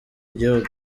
gihugu